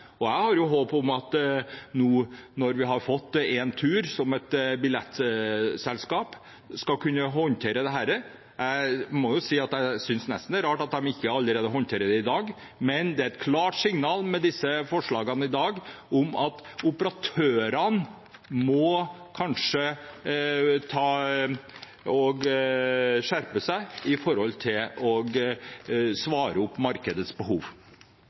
billetter. Jeg har et håp om at vi nå, når vi har fått Entur som billettselskap, skal kunne håndtere dette. Jeg må jo si jeg nesten synes det er rart at de ikke håndterer det allerede i dag, men forslagene i dag gir et klart signal om at operatørene kanskje må skjerpe seg når det gjelder å svare på markedets behov.